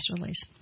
release